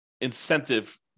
incentive